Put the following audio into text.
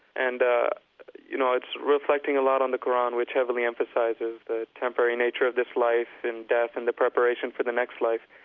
and ah you know it's reflecting a lot on the qur'an, which heavily emphasizes the temporary nature of this life and death and preparation for the next life,